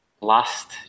last